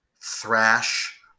Thrash